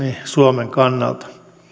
suomen kannalta